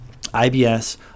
IBS